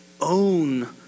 own